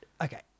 okay